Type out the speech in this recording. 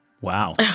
wow